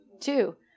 Two